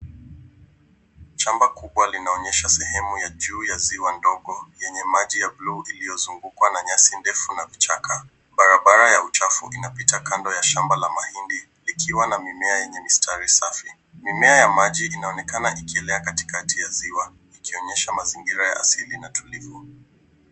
Chamba kubwa linaonyesha sehemu ya juu ya ziwa ndogo yenye maji ya bluu iliyozungukwa na nyasi ndefu na vichaka. Barabara ya uchafu inapita kando ya shamba la mahindi likiwa na mimea yenye mistari safi. Mimea ya maji inaonekana ikielea katikati ya ziwa ikionyesha mazingira asili na tulivu.